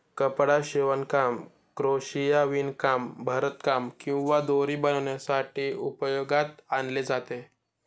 कपडा शिवणकाम, क्रोशिया, विणकाम, भरतकाम किंवा दोरी बनवण्यासाठी उपयोगात आणले जाते